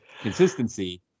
consistency